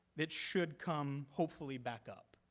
it should come, hopefully, back up.